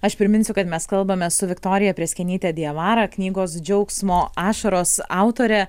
aš priminsiu kad mes kalbame su viktorija prėskienyte diavara knygos džiaugsmo ašaros autore